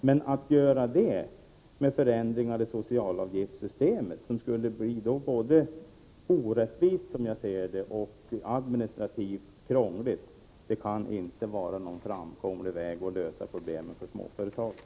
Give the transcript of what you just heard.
Men att åstadkomma detta genom förändringar i socialavgiftssystemet, vilket skulle bli både orättvist — som jag ser det — och administrativt krångligt, kan inte vara någon framkomlig väg att lösa problemen för småföretagen.